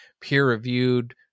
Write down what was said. peer-reviewed